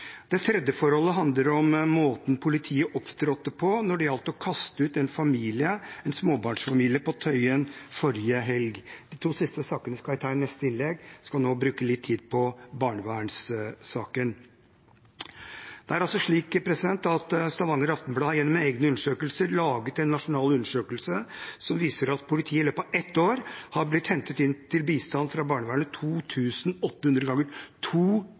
Det tredje forholdet handler om måten politiet opptrådte på når det gjaldt å kaste ut en småbarnsfamilie på Tøyen forrige helg. De to siste sakene skal jeg ta i neste innlegg, jeg skal nå bruke litt tid på barnevernssaken. Det er altså slik at Stavanger Aftenblad gjennom egne undersøkelser laget en nasjonal undersøkelse som viser at politiet i løpet av ett år har blitt hentet inn til bistand fra barnevernet 2 800 ganger